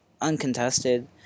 uncontested